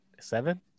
Seven